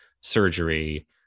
surgery